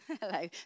Hello